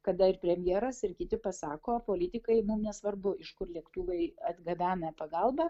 kada ir premjeras ir kiti pasako politikai mum nesvarbu iš kur lėktuvai atgabena pagalbą